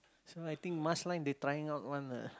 so I think line they trying out one uh